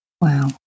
Wow